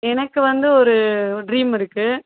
எனக்கு வந்து ஒரு ஒரு ட்ரீம் இருக்குது